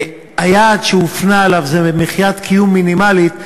היעד שהוא הופנה אליו הוא מחיית קיום מינימלית,